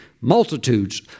multitudes